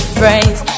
friends